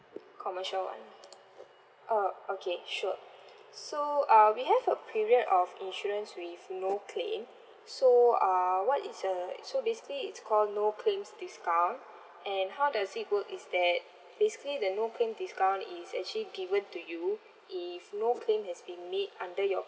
commercial one oh okay sure so uh we have a period of insurance with no claim so uh what is a so basically it's called no claims discount and how does it work is that basically the no claim discount is actually given to you if no claim has been made under your